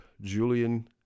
Julian